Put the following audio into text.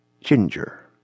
ginger